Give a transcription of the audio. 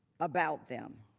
about them?